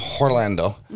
Orlando